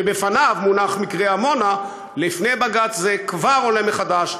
שידע לאכלס ולארח לאורך ההיסטוריה את כל היהודים,